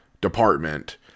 department